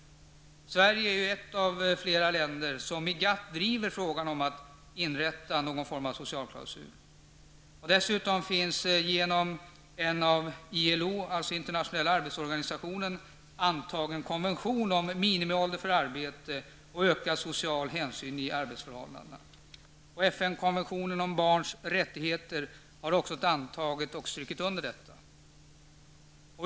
Sverige är ett av flera länder som i GATT driver frågan om att inrätta någon form av socialklausul. Dessutom finns genom en av ILO, internationella arbetsorganisationen, antagen konvention om minimiålder för arbete och ökad social hänsyn i arbetsförhållandena. I FN-konventionen om barns rättigheter har detta också antagits och strukits under.